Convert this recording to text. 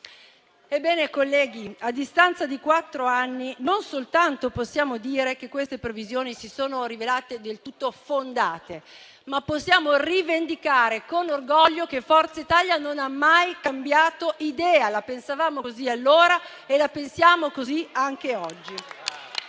a distanza di quattro anni non soltanto possiamo dire che queste previsioni si sono rivelate del tutto fondate, ma possiamo rivendicare con orgoglio che Forza Italia non ha mai cambiato idea: la pensavamo così allora e la pensiamo così anche oggi.